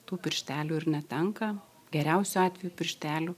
tų pirštelių ir netenka geriausiu atveju pirštelių